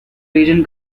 region